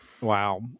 wow